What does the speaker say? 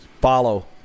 Follow